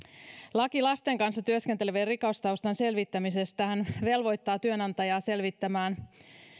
laki lasten kanssa työskentelevien rikostaustan selvittämisestähän velvoittaa työnantajaa selvittämään